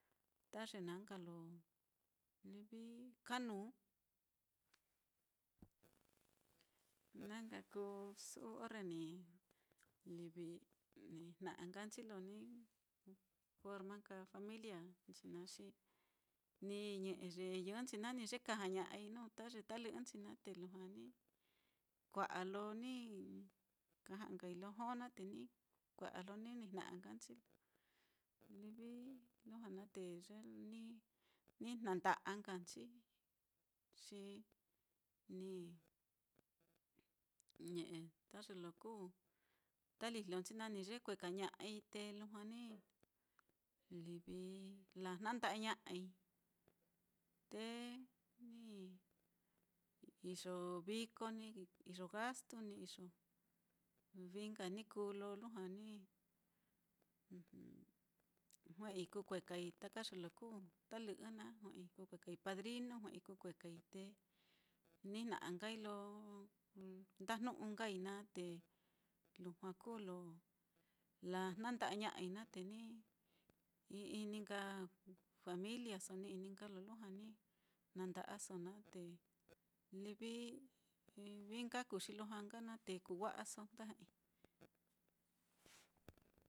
Ta ye naá nka lo livi kanuu. na nka kuu su'u orre ni nijna'a nkanchi lo ni forma nka familia nchi naá, xi ni ñe'e ye yɨnchi naá ni yekajaña'ai nuu ta ye talɨ'ɨnchi naá, te lujua ni kua'a lo ni ka ja'a nkai lo jo naá, te ni kua'a lo ni ni jna'a nkanchi naá, livi lujua naá, te livi ye ni jnanda'a nka nchi, xi ni ñe'e ta ye lo kuu talijlo nchi naá, ni yekuekaña'ai te lujua livi ni lajnanda'aña'ai, te ni iyo viko ni iyo gastu no iyo vií nka ni kuu lo lujua ni jue'ei kuu juekai taka ye lo kuu talɨ'ɨ naá, kuu kuekai padrinu jue'ei te nijna'a nkai lo ndajnu'u nkai naá, te lujua kuu lo lajnanda'aña'ai naá te ni ini nka familiaso ni ini nka lo lujua ni jnada'aso naá te livi vií nka kuu xi lujua nka naá, te kuwa'aso nda ja'ai.